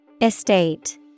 Estate